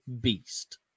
beast